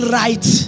right